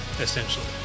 essentially